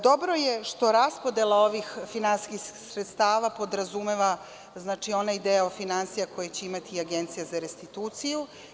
Dobro je što raspodela ovih finansijskih sredstava podrazumeva onaj deo finansija koje će imati Agencija za restituciju.